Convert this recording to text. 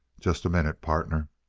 just a minute, partner.